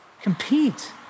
compete